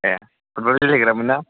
A football गेलेग्रामोनना